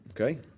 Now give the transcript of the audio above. Okay